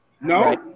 No